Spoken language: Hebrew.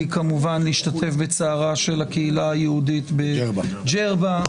להשתתף בצערה של הקהילה היהודית בג'רבה.